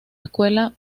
escuela